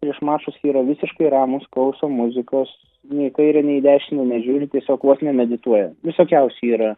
prieš mačus yra visiškai ramūs klauso muzikos nei į kairę nei į dešinę nežiūri tiesiog vos ne medituoja visokiausių yra